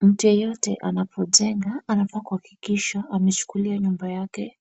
Mtu yeyote anapojenga anafaa kuhakikisha anachukulia nyumba yake